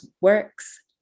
works